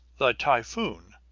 the typhoon,